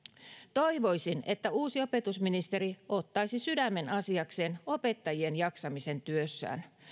toivoisin että uusi opetusministeri ottaisi sydämenasiakseen opettajien jaksamisen työssään